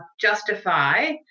justify